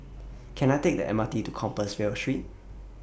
Can I Take The M R T to Compassvale Street